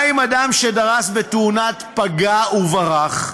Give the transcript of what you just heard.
מה עם אדם שדרס בתאונת פגע וברח?